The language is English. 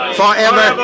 forever